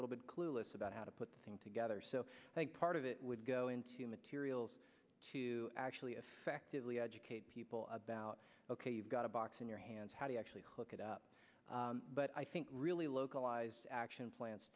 little bit clueless about how to put things together so i think part of it would go into materials to actually effectively educate people about ok you've got a box in your hands how do you actually hook it up but i think really localized action plans